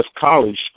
college